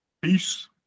Peace